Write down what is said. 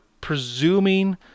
presuming